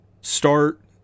start